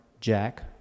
Jack